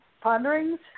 ponderings